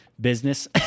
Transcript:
business